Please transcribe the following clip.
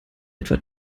etwa